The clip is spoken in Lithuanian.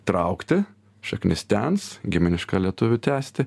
traukti šaknis tens giminiška lietuvių tęsti